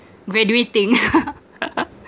graduating